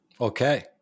Okay